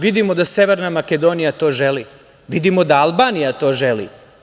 Vidimo da Severna Makedonija to želi, vidimo da Albanija to želi.